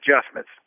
adjustments